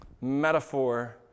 Metaphor